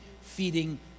feeding